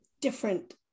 different